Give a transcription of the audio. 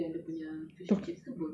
ah dia ada nya turkey